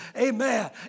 Amen